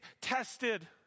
tested